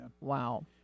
Wow